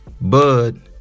Bud